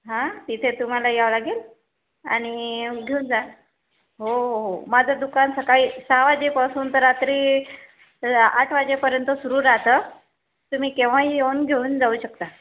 हा तिथे तुम्हाला यावं लागेल आणि घेऊन जा हो हो हो माझं दुकान सकाळी सहा वाजेपासून तर रात्री आठ वाजेपर्यंत सुरु राहतं तुम्ही केव्हाही येऊन घेऊन जाऊ शकता